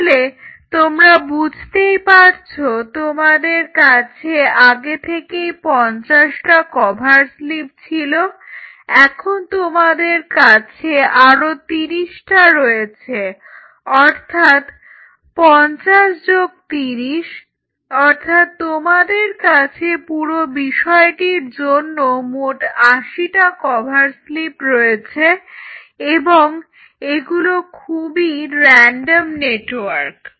তাহলে তোমরা বুঝতেই পারছ আমাদের কাছে আগে থেকেই পঞ্চাশটা কভার স্লিপ ছিল এখন আমাদের কাছে আরও তিরিশটা রয়েছে অর্থাৎ 50 যোগ 30 অর্থাৎ তোমাদের কাছে এই পুরো বিষয়টির জন্য মোট 80 টা কভার স্লিপ রয়েছে এবং এগুলো খুবই রেনডম নেটওয়ার্ক